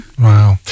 Wow